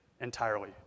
entirely